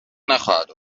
نخواهد